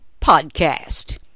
Podcast